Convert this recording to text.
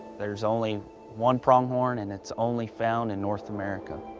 there's only one pronghorn and it's only found in north america.